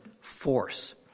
force